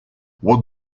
what